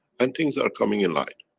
and things are coming in line.